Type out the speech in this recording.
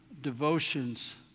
devotions